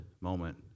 moment